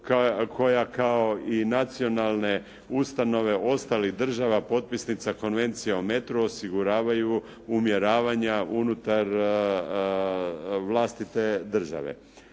koja kao i nacionalne ustanove ostalih država potpisnica Konvencija o metru osiguravaju umjeravanja unutar vlastite države.